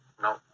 No